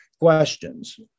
questions